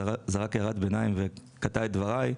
זרק הערת ביניים וקטע את דבריי,